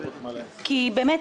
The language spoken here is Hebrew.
כי באמת,